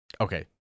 okay